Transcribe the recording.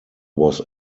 was